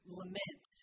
lament